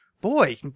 boy